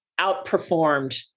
outperformed